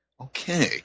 Okay